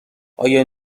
آیا